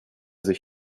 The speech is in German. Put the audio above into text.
sich